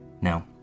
Now